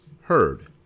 heard